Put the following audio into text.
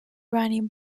running